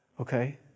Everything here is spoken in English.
Okay